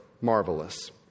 marvelous